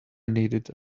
needed